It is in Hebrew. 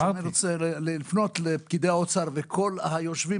אני רוצה לפנות לפקידי האוצר וכל היושבים